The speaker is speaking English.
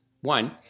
one